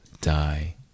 die